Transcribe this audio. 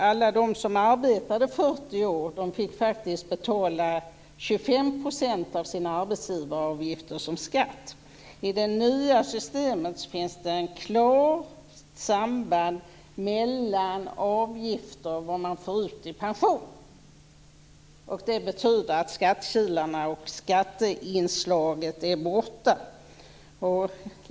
Alla de som arbetade 40 år fick faktiskt betala I det nya systemet finns det ett klart samband mellan avgifter och vad man får ut i pension. Det betyder att skattekilarna och skatteinslaget är borta.